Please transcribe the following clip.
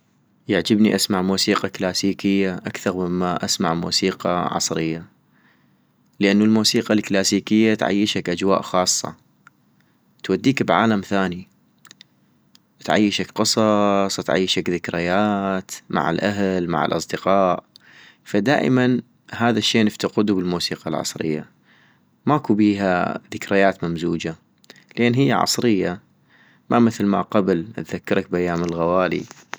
يعجبني اسمع موسيقى كلاسيكية اكثغ مما اسمع موسيقى عصرية - لانو الموسيقى الكلاسيكية تعيشك اجواء خاصة ، توديك بعالم ثاني، تعيشك قصص ، تعيشك ذكرياات، مع الاهل مع الاصدقاء، فدائما هذا الشي نفتقدو بالموسيقى العصرية ، ماكو بيها ذكريات ممزوجة، لين هي عصرية، ما مثل ما قبل تذكرك بايام الغوالي